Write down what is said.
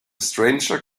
stranger